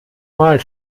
mal